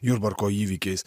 jurbarko įvykiais